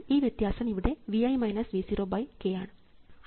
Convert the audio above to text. അതിനാൽ ഈ വ്യത്യാസം ഇവിടെ k ആണ്